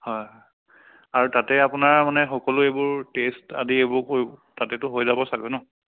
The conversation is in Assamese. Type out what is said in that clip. হয় আৰু তাতে আপোনাৰ মানে সকলো এইবোৰ টেষ্ট আদি এইবোৰ কৰিব তাতেতো হৈ যাব চাগে ন